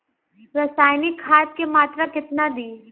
रसायनिक खाद के मात्रा केतना दी?